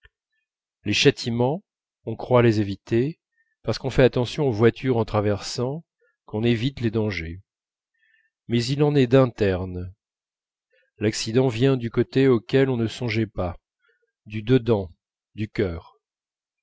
les châtiments on croit les éviter parce qu'on fait attention aux voitures en traversant qu'on évite les dangers mais il en est d'internes l'accident vient du côté auquel on ne songeait pas du dedans du cœur